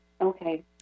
Okay